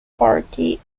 party